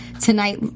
tonight